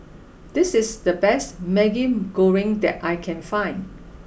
this is the best Maggi Goreng that I can find